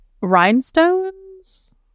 Rhinestones